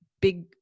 big